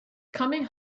coming